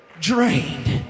drained